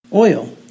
Oil